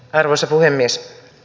arvoisa puhemies